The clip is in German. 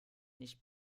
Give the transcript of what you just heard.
nicht